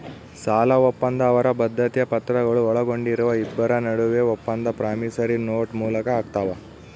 ಸಾಲಒಪ್ಪಂದ ಅವರ ಬದ್ಧತೆಯ ಪತ್ರಗಳು ಒಳಗೊಂಡಿರುವ ಇಬ್ಬರ ನಡುವೆ ಒಪ್ಪಂದ ಪ್ರಾಮಿಸರಿ ನೋಟ್ ಮೂಲಕ ಆಗ್ತಾವ